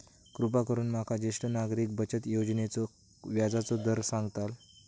कृपा करून माका ज्येष्ठ नागरिक बचत योजनेचो व्याजचो दर सांगताल